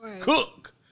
cook